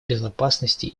безопасности